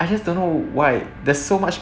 I just don't know why there's so much